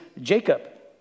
Jacob